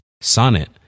Sonnet